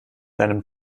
einem